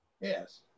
Yes